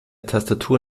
tastatur